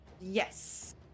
Yes